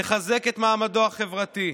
נחזק את מעמדו החברתי,